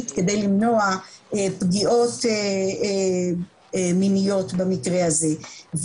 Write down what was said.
כדי למנוע פגיעות מיניות במקרה הזה.